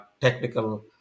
technical